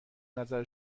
نظر